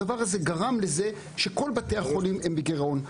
הדבר הזה גרם לזה שכל בתי החולים בגירעון.